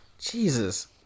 Jesus